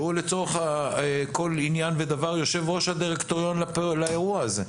שהוא לצורך כל עניין ודבר יושב-ראש הדירקטוריון לאירוע הזה.